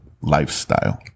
lifestyle